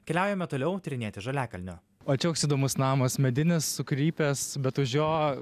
keliaujame toliau tyrinėti žaliakalnio o čia koks įdomus namas medinis sukrypęs bet už jo